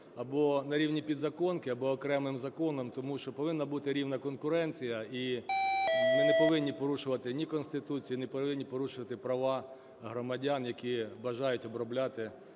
або на рівні підзаконки, або окремим законом, тому що повинна бути рівна конкуренція і ми не повинні порушувати ні Конституцію, не повинні порушувати права громадян, які бажають обробляти